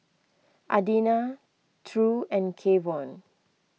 Adina True and Kevon